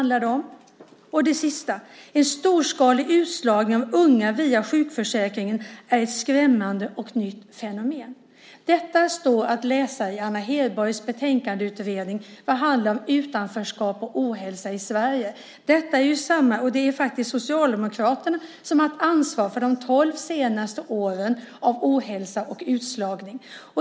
Det sista citatet lyder: "En storskalig utslagning av unga via sjukförsäkringen är ett skrämmande och nytt fenomen." Detta står att läsa i Anna Hedborgs utredningsbetänkande som handlar om utanförskap och ohälsa i Sverige. Det är faktiskt Socialdemokraterna som har haft ansvar för de tolv senaste åren av ohälsa och utslagning.